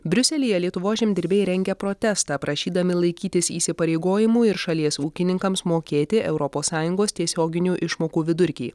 briuselyje lietuvos žemdirbiai rengia protestą prašydami laikytis įsipareigojimų ir šalies ūkininkams mokėti europos sąjungos tiesioginių išmokų vidurkį